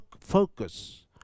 focus